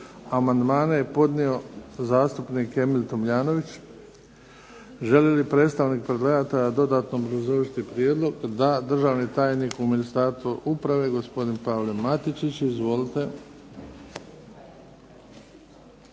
Amandmane je podnio zastupnik Emil Tomljanović. Želi li predstavnik predlagatelja dodatno obrazložiti prijedlog? Da. Državni tajnik u Ministarstvu uprave, gospodin Pavle Matičić. Izvolite.